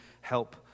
help